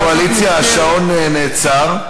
לקואליציה: השעון נעצר.